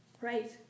Right